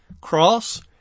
cross